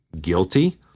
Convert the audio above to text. guilty